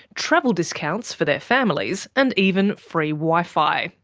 travel discounts for their families and even free wifi.